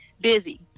busy